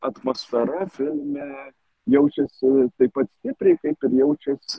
atmosfera filme jaučiasi su taip pat stipriai kaip ir jaučiasi